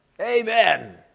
Amen